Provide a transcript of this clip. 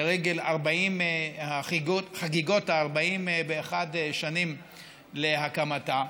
לרגל חגיגות ה-41 שנים להקמתה,